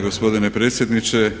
gospodine predsjedniče.